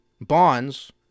bonds